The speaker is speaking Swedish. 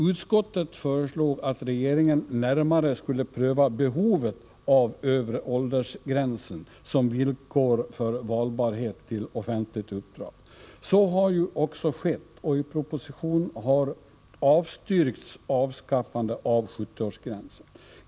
Utskottet föreslog att regeringen närmare skulle pröva behovet av övre åldersgränsen som villkor för valbarhet till offentliga uppdrag. Så har också skett, och i proposition har avstyrkts avskaffande av 70-årsgränsen.